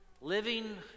living